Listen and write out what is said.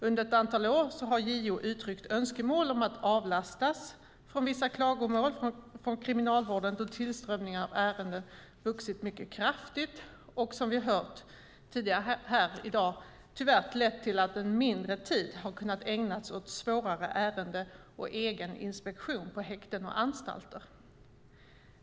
Under ett antal år har JO uttryckt önskemål om att avlastas från vissa klagomål från Kriminalvården, då tillströmningen av ärenden vuxit mycket kraftigt och, som vi hört tidigare här i dag, tyvärr lett till att mindre tid har kunnat ägnas åt svårare ärenden och egen inspektion på häkten och anstalter.